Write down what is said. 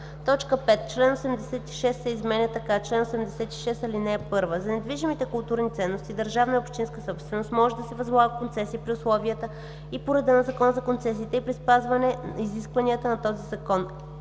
5. Член 86 се изменя така: „Чл. 86. (1) За недвижимите културни ценности – държавна и общинска собственост, може да се възлага концесия при условията и по реда на Закона за концесиите и при спазване изискванията на този закон.